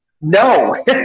no